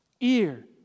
Ear